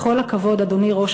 בכל הכבוד, אדוני ראש